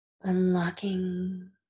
unlocking